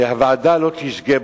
שהוועדה לא תשגה,